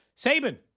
Saban